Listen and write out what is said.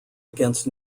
against